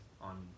on